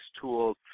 tools